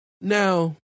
Now